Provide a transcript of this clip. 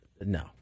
No